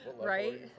right